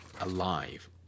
alive